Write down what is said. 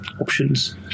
options